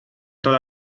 toda